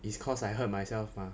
it's cause I hurt myself mah